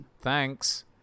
Thanks